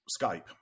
Skype